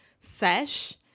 Sesh